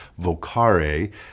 vocare